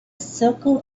circle